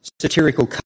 satirical